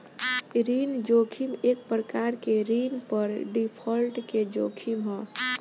ऋण जोखिम एक प्रकार के ऋण पर डिफॉल्ट के जोखिम ह